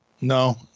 No